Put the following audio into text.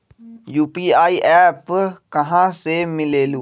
UPI app कहा से मिलेलु?